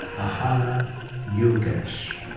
ahana yogesh.